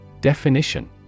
Definition